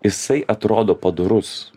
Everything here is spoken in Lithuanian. jisai atrodo padorus